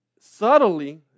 subtly